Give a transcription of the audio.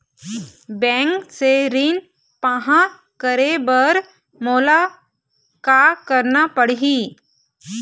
Bank से ऋण पाहां करे बर मोला का करना पड़ही?